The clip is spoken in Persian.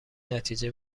نتیجه